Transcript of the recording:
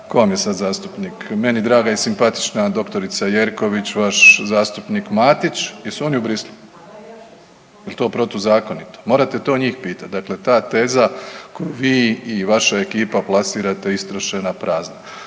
vam je sad zastupnik, meni draga i simpatična dr. Jerković, vaš zastupnik Matić jesu oni u Bruxellesu? Jel to protuzakonito? Morate to njih pitat. Dakle, ta teza koju vi i vaša ekipa plasirate istrošena, prazna.